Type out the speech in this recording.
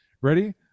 Ready